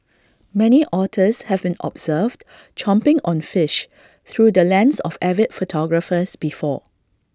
many otters have been observed chomping on fish through the lens of avid photographers before